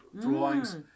drawings